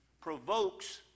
provokes